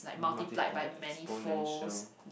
multiply exploration